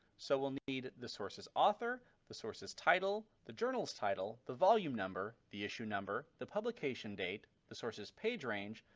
so we'll need the source's author, the source's title, the journal's title, the volume number, the issue number, the publication date, the source's page range,